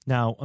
Now